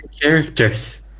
characters